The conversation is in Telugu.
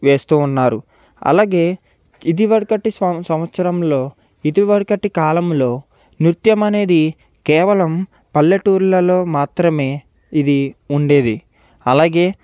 వేస్తూఉన్నారు అలాగే ఇది వరకటి సంవ సంవత్సరంలో ఇది వరకటి కాలంలో నృత్యం అనేది కేవలం పల్లెటూర్లలో మాత్రమే ఇది ఉండేది అలాగే